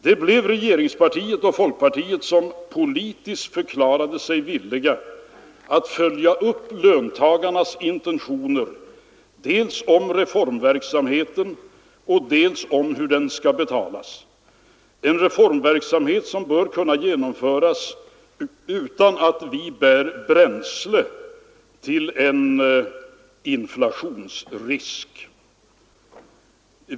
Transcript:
Det blev regeringspartiet och folkpartiet som politiskt förklarade sig villiga att följa upp löntagarnas intentioner dels om reformverksamheten, dels om hur den skall betalas — en reformverksamhet som bör kunna genomföras utan att vi bär bränsle till en inflationsrisk.